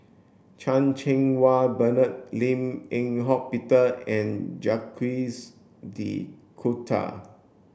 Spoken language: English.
Chan Cheng Wah Bernard Lim Eng Hock Peter and Jacques de Coutre